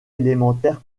élémentaire